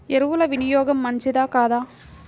ఎరువుల వినియోగం మంచిదా కాదా?